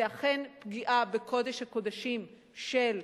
זו אכן פגיעה בקודש הקודשים של,